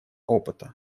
опыта